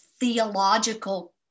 theological